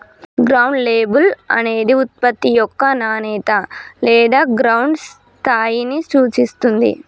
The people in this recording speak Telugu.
గ్రౌండ్ లేబుల్ అనేది ఉత్పత్తి యొక్క నాణేత లేదా గ్రౌండ్ స్థాయిని సూచిత్తుంది